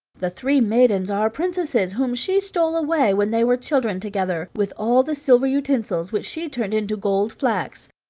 the three maidens are princesses, whom she stole away when they were children together, with all the silver utensils, which she turned into gold flax.